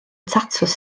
tatws